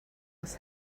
was